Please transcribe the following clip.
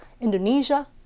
Indonesia